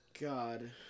God